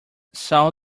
sow